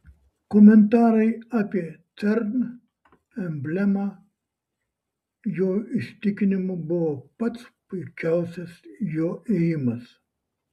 komentarai apie cern emblemą jo įsitikinimu buvo pats puikiausias jo ėjimas